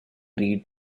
read